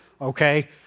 okay